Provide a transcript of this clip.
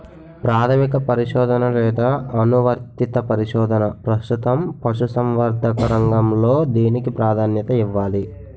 ప్రాథమిక పరిశోధన లేదా అనువర్తిత పరిశోధన? ప్రస్తుతం పశుసంవర్ధక రంగంలో దేనికి ప్రాధాన్యత ఇవ్వాలి?